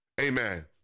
Amen